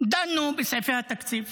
דנו בסעיפי התקציב.